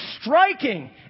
striking